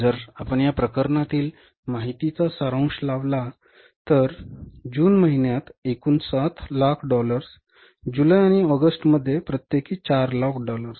जर आपण या प्रकरणातील माहितीचा सारांश लावला तर जून महिन्यात एकूण 700000 डॉलर्स जुलै आणि ऑगस्ट मध्ये प्रत्येकी 400000 डॉलर्स